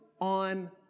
on